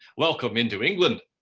welcome into england!